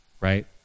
right